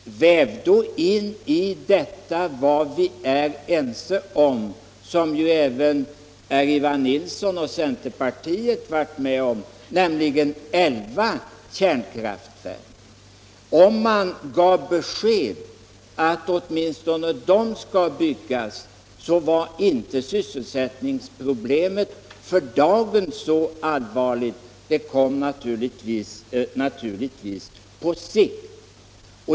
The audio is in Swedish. Men väv då in däri det som vi har varit överens om och som även herr Nilsson och centerpartiet har varit med om, nämligen elva kärnkraftverk. Om man gav beskedet att åtminstone de skulle byggas vore inte sysselsättningsproblemet för dagen så allvarligt. även om det kanske kommer att vara det på sikt.